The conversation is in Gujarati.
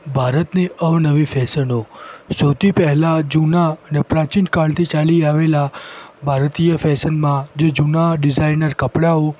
ભારતની અવનવી ફૅશનો સૌથી પહેલાં જૂના અને પ્રાચીનકાળથી ચાલી આવેલાં ભારતીય ફૅશનમાં જે જૂનાં ડિઝાઇનર કપડાઓ